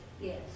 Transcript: Yes